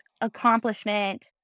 accomplishment